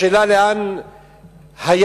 השאלה לאן היעד.